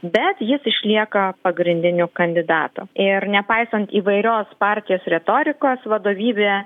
bet jis išlieka pagrindiniu kandidatu ir nepaisant įvairios partijos retorikos vadovybė